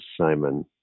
Simon